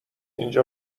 اینجا